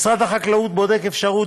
משרד החקלאות בודק אפשרות,